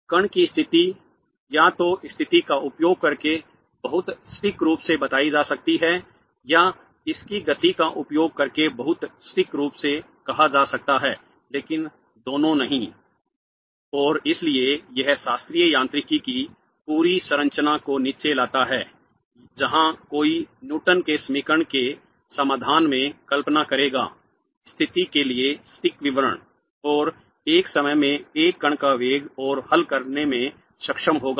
कण की स्थिति या तो स्थिति का उपयोग करके बहुत सटीक रूप से बताई जा सकती है या इसकी गति का उपयोग करके बहुत सटीक रूप से कहा जा सकता है लेकिन दोनों नहीं और इसलिए यह शास्त्रीय यांत्रिकी की पूरी संरचना को नीचे लाता है जहां कोई न्यूटन के समीकरण के समाधान में कल्पना करेगा स्थिति के लिए सटीक विवरण और एक समय में एक कण का वेग और हल करने में सक्षम होगा